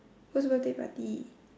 whose birthday party